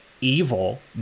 evil